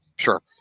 Sure